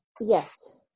yes